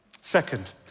Second